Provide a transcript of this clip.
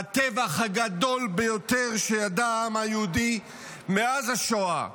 הטבח הגדול ביותר שידע העם היהודי מאז השואה,